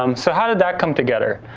um so, how did that come together?